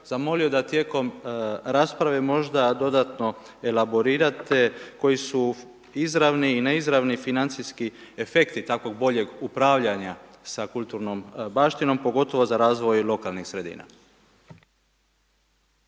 zamolio da tijekom rasprave možda dodatno elaborirate koji su izravni i neizravni financijski efekti, takvog boljeg upravljanja sa kulturnom baštinom, pogotovo za razvoj lokalnih sredina.